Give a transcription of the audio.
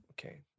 Okay